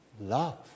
Love